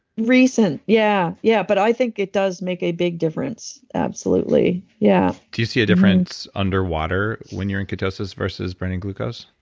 recent. yeah. yeah. but i think it does make a big difference. absolutely. yeah. do you see a difference underwater when you're in ketosis versus burning glucose?